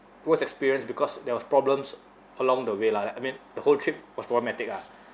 worst experience because there was problems along the way lah I mean the whole trip was problematic ah